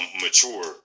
mature